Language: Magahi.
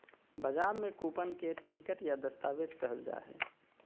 बजार में कूपन के टिकट या दस्तावेज कहल जा हइ